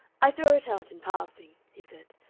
i throw it out in passing, he said.